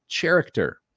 character